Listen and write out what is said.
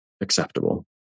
acceptable